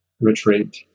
retreat